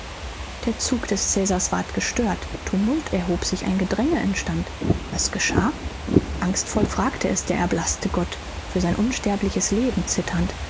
der zug des cäsars ward gestört tumult erhob sich ein gedränge entstand was geschah angstvoll fragte es der erblaßte gott für sein unsterbliches leben zitternd